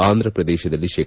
ಆಂಧ್ರ ಪ್ರದೇಶದಲ್ಲಿ ಶೇ